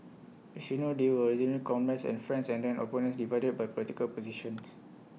as you know they were originally comrades and friends and then opponents divided by political positions